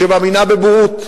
שמאמינה בבורות,